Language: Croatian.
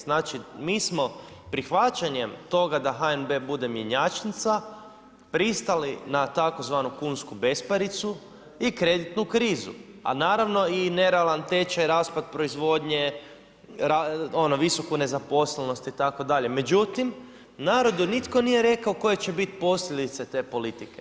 Znači mi smo prihvaćanjem toga da HNB bude mjenjačnica pristali na tzv. kunsku besparicu i kreditnu krizu, a naravno i nerealan tečaj, raspad proizvodnje, visoku nezaposlenost itd. međutim narodu nitko nije rekao koje će biti posljedice te politike.